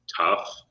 tough